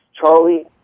Charlie